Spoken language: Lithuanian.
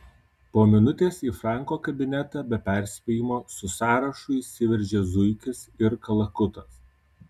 po minutės į franko kabinetą be perspėjimo su sąrašu įsiveržė zuikis ir kalakutas